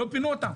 לא פינו אותם